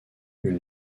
une